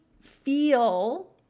feel